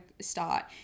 start